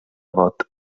vot